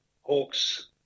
Hawks